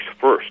first